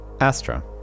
Astra